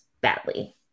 badly